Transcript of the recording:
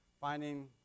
finding